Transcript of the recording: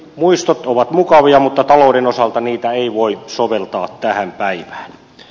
muistot ovat mukavia mutta talouden osalta niitä ei voi soveltaa tähän päivään